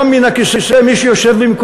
בכנסת הזאת מי שקם מן הכיסא, מישהו יושב במקומו.